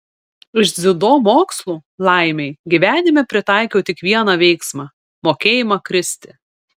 iš dziudo mokslų laimei gyvenime pritaikiau tik vieną veiksmą mokėjimą kristi